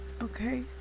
okay